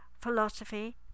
philosophy